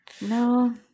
No